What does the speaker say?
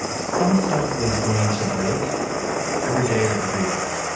some stuff was going to break every day or every week,